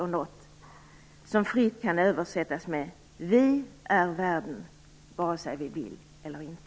Detta kan fritt översättas med: Vi är världen, vare sig vi vill eller inte.